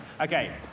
Okay